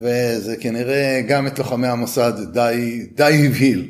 וזה כנראה גם את לוחמי המוסד די הבהיל.